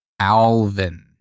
Alvin